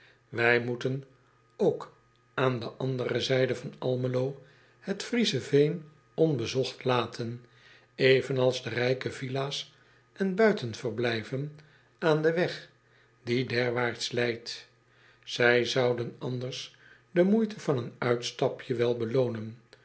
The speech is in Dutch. ij moeten ook aan de andere zijde van lmelo het riezenveen onbezocht laten evenals de rijke villa s en buitenverblijven aan den weg die derwaarts leidt ij zouden anders de moeite van een uitstapje wel beloonen